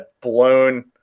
blown